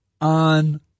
on